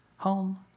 Home